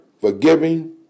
forgiving